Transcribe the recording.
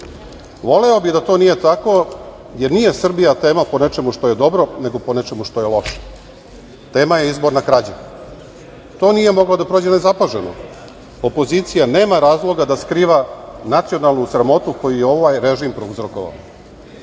Voleo bih da to nije tako, jer nije Srbija tema po nečemu što je dobro, nego po nečemu što je loše. Tema je izborna krađa. To nije moglo da prođe nezapaženo. Opozicija nema razloga da skriva nacionalnu sramotu koju je ovaj režim prouzrokovao.